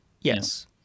Yes